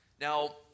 Now